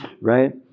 right